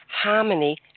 harmony